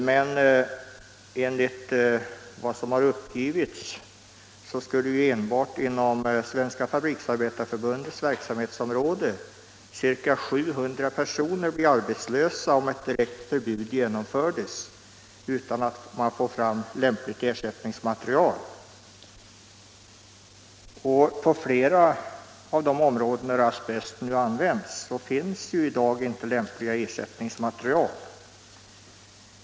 Men enligt vad som uppgivits skulle enbart inom Svenska fabriksarbetareförbundets verksamhetsområde ca 700 personer bli arbetslösa, om ett direkt förbud infördes utan att man får fram lämpligt ersättningsmaterial. På många av de områden där asbest nu används finns ju i dag inte lämpliga ersättningsmaterial.